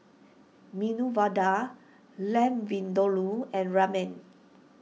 Medu Vada Lamb Vindaloo and Ramen